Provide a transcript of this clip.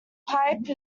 pipe